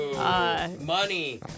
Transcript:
Money